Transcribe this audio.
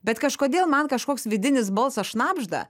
bet kažkodėl man kažkoks vidinis balsas šnabžda